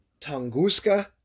Tunguska